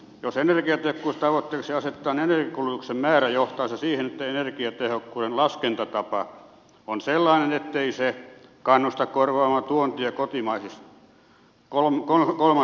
jos energiatehokkuustavoitteeksi asetetaan energian kulutuksen määrä johtaa se siihen että energiatehokkuuden laskentatapa on sellainen ettei se kannusta korvaamaan tuontia kolmansista maista